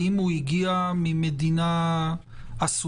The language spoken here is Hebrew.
האם הוא הגיע ממדינה אסורה?